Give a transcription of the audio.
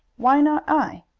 why not i?